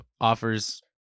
offers